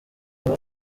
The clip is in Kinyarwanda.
amwe